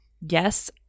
Yes